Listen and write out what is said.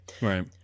Right